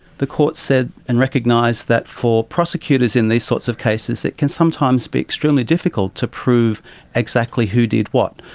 the court said and recognised that for prosecutors in these sorts of cases it can sometimes be extremely difficult to prove exactly who did what.